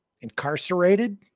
incarcerated